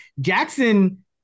Jackson